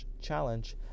challenge